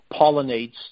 pollinates